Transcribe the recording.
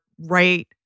right